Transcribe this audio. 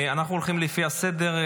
אנחנו הולכים לפי הסדר.